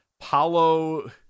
Paulo